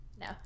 No